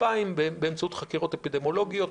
2,000 באמצעות חקירות אפידמיולוגיות.